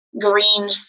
green